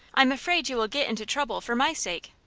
i'm afraid you will get into trouble for my sake!